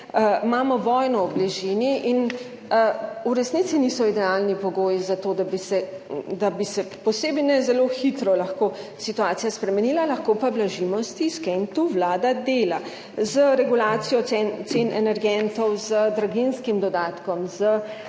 imamo vojno v bližini. In v resnici niso idealni pogoji zato, da bi se, da bi se posebej ne zelo hitro lahko situacija spremenila. Lahko pa blažimo stiske in to Vlada dela z regulacijo cen, cen energentov, z draginjskim dodatkom, z dodatkom